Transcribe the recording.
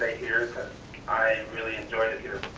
ah here, cause i really enjoyed it here.